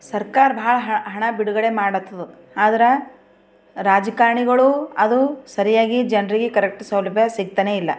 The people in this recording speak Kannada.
ಸರ್ಕಾರ ಭಾಳ ಹಣ ಬಿಡುಗಡೆ ಮಾಡುತ್ತದೆ ಆದರೆ ರಾಜಕಾರಣಿಗಳು ಅದು ಸರಿಯಾಗಿ ಜನರಿಗೆ ಕರೆಕ್ಟ್ ಸೌಲಭ್ಯ ಸಿಕ್ತಾನೆಯಿಲ್ಲ